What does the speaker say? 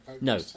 No